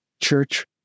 church